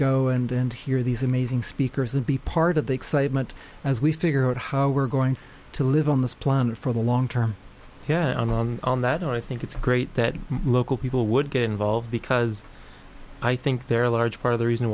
go and hear these amazing speakers and be part of the excitement as we figure out how we're going to live on this planet for the long term yeah on that i think it's great that local people would get involved because i think there are a large part of the reason